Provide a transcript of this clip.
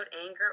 anger